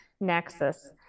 nexus